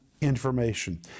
information